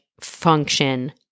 function